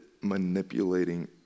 manipulating